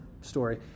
story